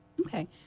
Okay